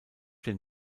den